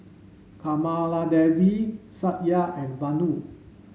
Kamaladevi Satya and Vanu